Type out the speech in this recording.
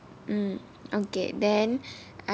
mm okay then